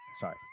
Sorry